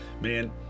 man